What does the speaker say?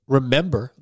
remember